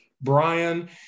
Brian